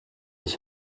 ich